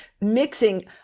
mixing